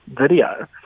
video